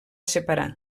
separar